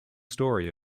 story